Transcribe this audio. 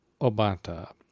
Obata